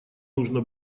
нужно